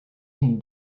can